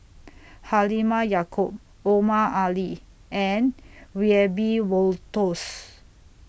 Halimah Yacob Omar Ali and Wiebe Wolters